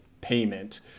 payment